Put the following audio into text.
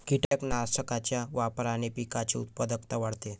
कीटकनाशकांच्या वापराने पिकाची उत्पादकता वाढते